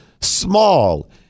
small